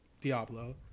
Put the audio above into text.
Diablo